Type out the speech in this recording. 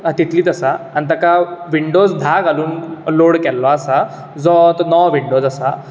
तितलीच आसा आनी ताका विंडोज धा घालुन लोड केल्लो आसा जो आता नवो विडोंज आसा